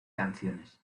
canciones